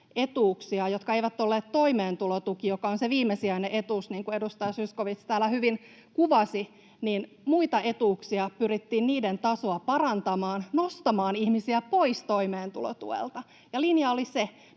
etuuksia, jotka eivät olleet toimeentulotuki, joka on se viimesijainen etuus, niin kuin edustaja Zyskowicz täällä hyvin kuvasi, pyrittiin tasoltaan parantamaan, nostamaan ihmisiä pois toimeentulotuelta. Linja oli se.